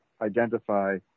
identify